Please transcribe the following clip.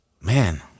man